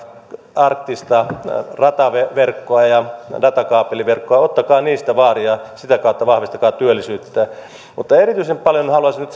arktista rataverkkoa ja datakaapeliverkkoa ottakaa niistä vaari ja sitä kautta vahvistakaa työllisyyttä mutta erityisen paljon haluaisin nyt